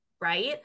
right